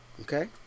Okay